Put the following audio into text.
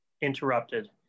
interrupted